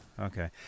okay